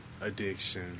Addiction